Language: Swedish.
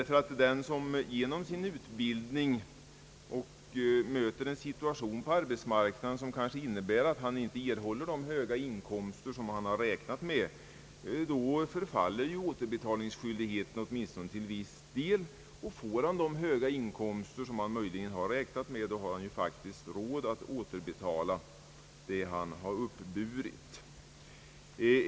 För den som efter sin utbildning på arbetsmarknaden möter en situation, som kanske från början inte förutsågs, och därmed inte erhåller de höga inkomster han måhända hade räknat med förfaller nämligen åtminstone till viss del återbetalningsskyldigheten. Får han däremot de höga inkomster han hade räknat med, har han faktiskt råd att återbetala vad han uppburit.